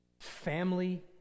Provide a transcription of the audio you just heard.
family